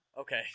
okay